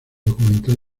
documental